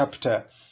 chapter